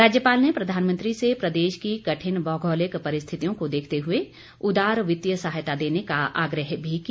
राज्यपाल ने प्रधानमंत्री से प्रदेश की कठिन भौगोलिक परिस्थितियों को देखते हुए उदार वितीय सहायता देने का आग्रह भी किया